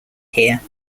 here